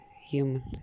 human